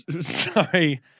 Sorry